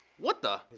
what the?